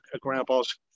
grandpa's